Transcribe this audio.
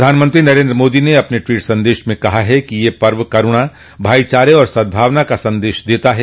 प्रधानमंत्री नरेन्द्र मोदी ने अपने ट्वीट संदेश में कहा कि यह पर्व करुणा भाईचारे और सदभावना का संदेश देता है